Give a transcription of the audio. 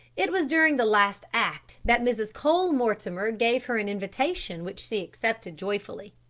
it was during the last act that mrs. cole-mortimer gave her an invitation which she accepted joyfully.